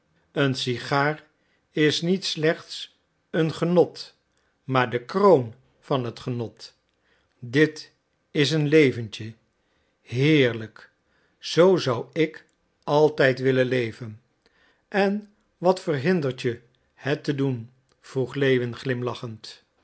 een sigaar is niet slechts een genot maar de kroon van het genot dit is een leventje heerlijk zoo zou ik altijd willen leven en wat verhindert je het te doen vroeg lewin glimlachend